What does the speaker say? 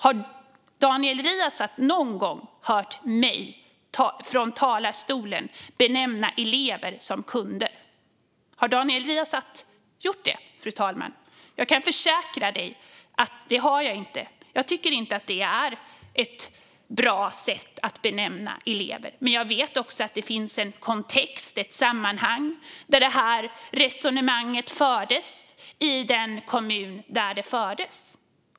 Har Daniel Riazat någon gång hört mig från talarstolen benämna elever som kunder? Har Daniel Riazat gjort det? Jag kan försäkra dig att jag inte har det. Jag tycker inte att det är ett bra sätt att benämna elever. Men jag vet också att det finns en kontext, ett sammanhang, där det resonemanget fördes i den kommun där det fördes.